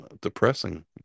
depressing